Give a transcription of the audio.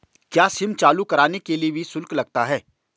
क्या सिम चालू कराने के लिए भी शुल्क लगता है?